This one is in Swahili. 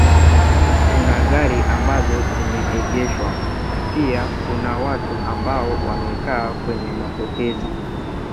Kuna gari ambazo zimeegeshwa. Pia, kuna watu ambao wamekaa kwenye mapokezi.